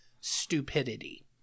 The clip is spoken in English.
stupidity